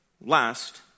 last